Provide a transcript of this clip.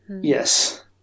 Yes